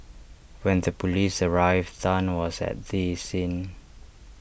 when the Police arrived Tan was at the scene